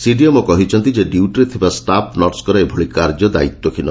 CDMO କହିଛନ୍ତି ଯେ ଡ୍ୟୁଟିରେ ଥିବା ଷ୍ଟାପ୍ ନର୍ସଙ୍ଙର ଏଭଳି କାର୍ଯ୍ୟ ଦାୟିତ୍ୱହୀନ